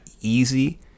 easy